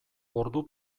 ordu